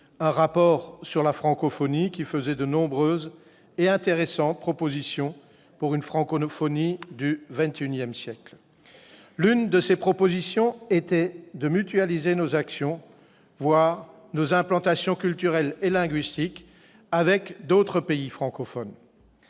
un rapport sur la francophonie qui formulait de nombreuses et intéressantes propositions pour une francophonie du XXI siècle. L'une de ces propositions était de « mutualiser nos actions, voire nos implantations culturelles et linguistiques, avec d'autres pays francophones